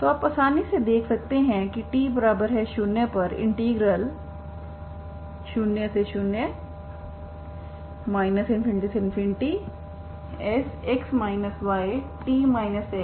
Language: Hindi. तो आप आसानी से देख सकते हैं कि t0 पर इंटीग्रल00 ∞Sx yt shysdyds0